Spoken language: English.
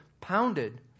pounded